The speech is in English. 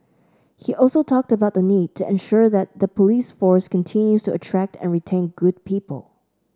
he also talked about the need to ensure that the police force continues to attract and retain good people